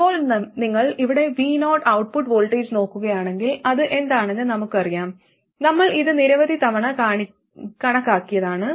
ഇപ്പോൾ നിങ്ങൾ ഇവിടെ vo ഔട്ട്പുട്ട് വോൾട്ടേജ് നോക്കുകയാണെങ്കിൽ അത് എന്താണെന്ന് നമുക്കറിയാം നമ്മൾ ഇത് നിരവധി തവണ കണക്കാക്കിയതാണ്